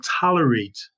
tolerate